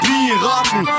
Piraten